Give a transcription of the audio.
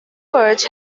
perch